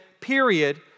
period